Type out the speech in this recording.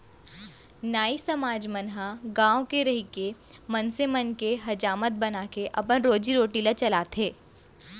नाई समाज मन ह गाँव म रहिके मनसे मन के हजामत बनाके अपन रोजी रोटी ल चलाथे